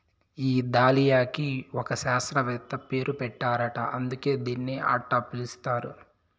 ఈ దాలియాకి ఒక శాస్త్రవేత్త పేరు పెట్టారట అందుకే దీన్ని అట్టా పిలుస్తారు